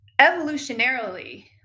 evolutionarily